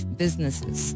businesses